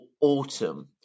autumn